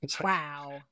wow